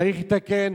צריך לתקן,